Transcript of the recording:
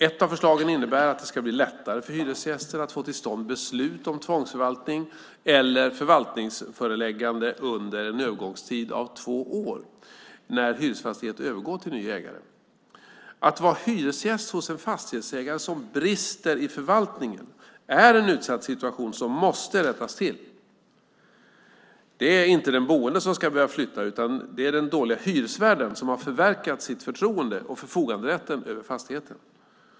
Ett av förslagen innebär att det ska bli lättare för hyresgäster att få till stånd beslut om tvångsförvaltning eller förvaltningsåläggande under en övergångstid av två år när hyresfastighet övergår till ny ägare. Att vara hyresgäst hos en fastighetsägare som brister i förvaltningen är en utsatt situation som måste rättas till. Det är inte den boende som ska behöva flytta, utan det är den dåliga hyresvärden som har förverkat sitt förtroende och förfoganderätten över fastigheten.